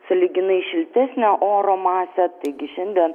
sąlyginai šiltesnio oro masę taigi šiandien